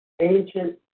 ancient